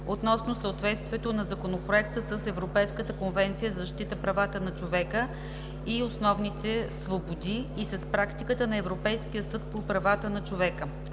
относно съответствието на Законопроекта с Европейската конвенция за защита правата на човека и основните свободи и с практиката на Европейския съд по правата на човека.